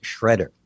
shredder